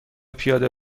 پیاده